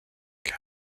car